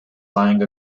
lying